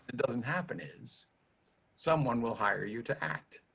doesn't happen is someone will hire you to act,